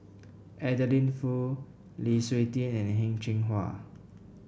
Adeline Foo Lu Suitin and Heng Cheng Hwa